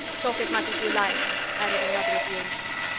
talk as much as you like, added another of the ancients,